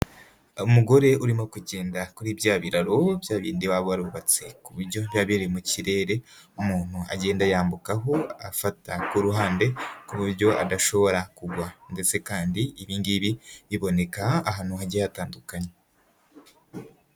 Umugore urimo kugenda kuri bya biraro, byabindi baba barubatse ku buryo biba biri mu kirere, umuntu agenda yambukaho afata ku ruhande ku buryo adashobora kugwa. Ndetse kandi ibi ngibi biboneka ahantu hagiye hatandukanye.